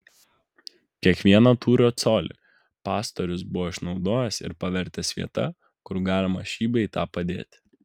kiekvieną tūrio colį pastorius buvo išnaudojęs ir pavertęs vieta kur galima šį bei tą padėti